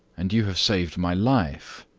and you have saved my life.